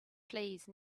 please